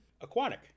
aquatic